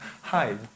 Hi